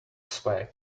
swag